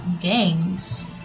Gangs